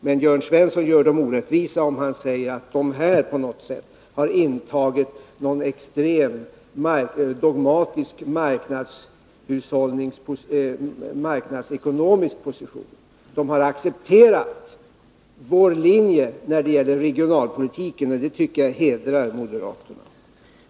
Men Jörn Svensson gör dem orättvisa om han säger att de här på något sätt har intagit någon extrem, dogmatisk marknadsekonomisk position. De har accepterat vår linje när det gäller regionalpolitiken, och det tycker jag hedrar moderaterna.